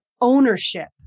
ownership